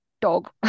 dog